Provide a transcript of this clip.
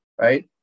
right